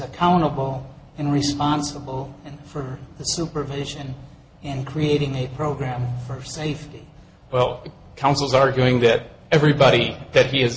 accountable and responsible for the supervision and creating a program for safety well the council's arguing that everybody that he has